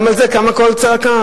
גם על זה קם קול צעקה.